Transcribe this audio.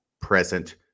present